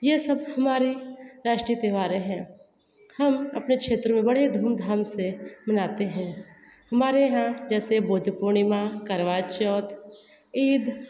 ये सब हमारी राष्ट्रीय त्यौहारें हैं हम अपने क्षेत्र में बड़े धूमधाम से मनाते हैं हमारे यहाँ जैसे बुद्ध पूर्णिमा करवा चौथ ईद